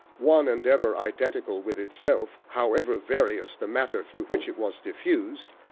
one and ever identical with itself, however various the matter through which it was diffused,